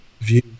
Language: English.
view